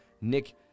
Nick